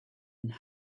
and